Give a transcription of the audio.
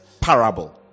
parable